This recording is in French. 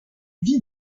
vies